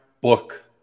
book